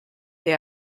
they